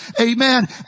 amen